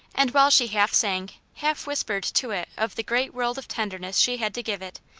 and while she half sang, half whispered to it of the great world of tenderness she had to give it,